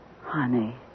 Honey